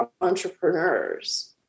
entrepreneurs